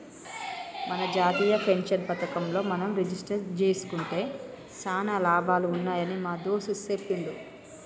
మన జాతీయ పెన్షన్ పథకంలో మనం రిజిస్టరు జేసుకుంటే సానా లాభాలు ఉన్నాయని మా దోస్త్ సెప్పిండు